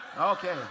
Okay